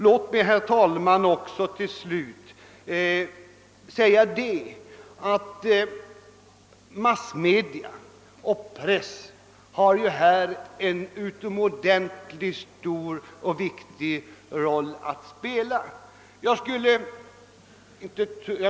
Låt mig till slut säga att massmedia och press här spelar en utomordentligt viktig roll.